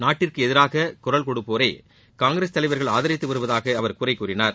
நாட்டிற்கு எதிராக குரல் கொடுப்போரை காங்கிரஸ் தலைவர்கள் ஆதரித்து வருவதாக அவர் குறை கூறினார்